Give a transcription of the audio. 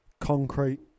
Concrete